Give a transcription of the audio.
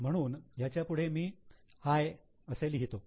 म्हणून याच्यापुढे मी 'I' असे लिहितो